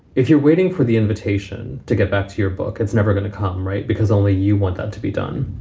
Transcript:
if you're waiting for the invitation to get back to your book, it's never going to come. right, because only you want that to be done.